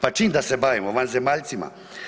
Pa čim da se bavimo, vanzemaljcima?